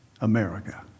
America